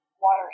water